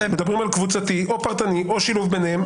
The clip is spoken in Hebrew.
או פרטני או שילוב ביניהם,